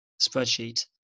spreadsheet